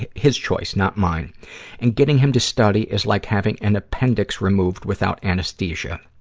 his choice, not mine and getting him to study is like having an appendix removed without anesthesia.